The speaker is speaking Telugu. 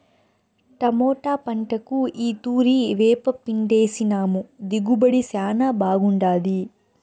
టమోటా పంటకు ఈ తూరి వేపపిండేసినాము దిగుబడి శానా బాగుండాది